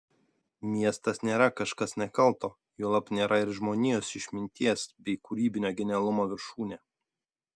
miestas nėra kažkas nekalto juolab nėra ir žmonijos išminties bei kūrybinio genialumo viršūnė